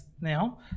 now